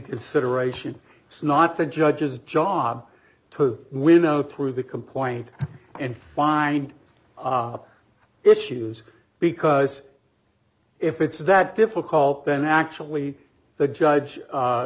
consideration it's not the judge's job to winnow through the complaint and find issues because if it's that difficult then actually the judge